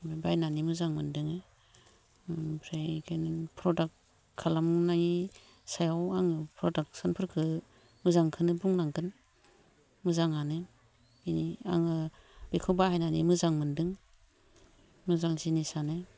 ओमफ्राय बायनानै मोजां मोनदोङो ओमफ्राय प्रडाक्ट खालामनाय सायाव आङो प्रडाक्टसन फोरखो मोजांखोनो बुंनांगोन मोजाङानो बिनि आङो बिखौ बाहायनानै मोजां मोनदों मोजां जिनिसानो